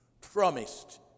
promised